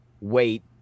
wait